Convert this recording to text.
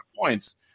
points